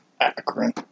Akron